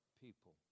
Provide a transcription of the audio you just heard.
people